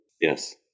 Yes